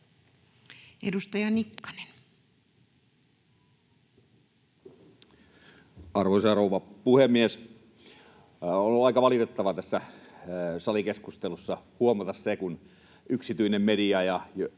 Edustaja Nikkanen. Arvoisa rouva puhemies! On ollut aika valitettavaa tässä salikeskustelussa huomata se, kun yksityinen media ja Yleisradio